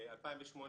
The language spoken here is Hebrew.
2018